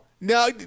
No